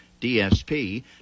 DSP